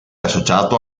associato